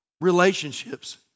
relationships